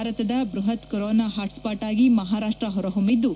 ಭಾರತದ ಬ್ಬಹತ್ corona hotspot ಆಗಿ ಮಹಾರಾಷ್ಷ ಹೊರಹೊಮ್ಬಿದ್ದು